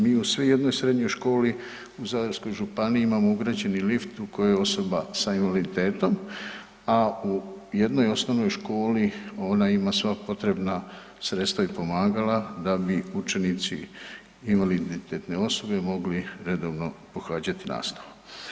Mi u sve jednoj srednjoj školi u Zadarskoj županiji imamo ugrađeni lift u koji osoba s invaliditetom, a u jednoj osnovnoj školi ona ima sva potrebna sredstva i pomagala da bi učenici invaliditetne osobe mogli redovno pohađati nastavu.